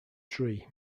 tree